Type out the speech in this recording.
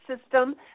system